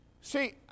See